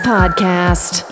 Podcast